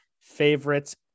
favorites